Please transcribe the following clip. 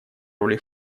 роли